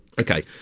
Okay